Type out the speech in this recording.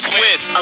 Swiss